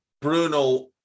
Bruno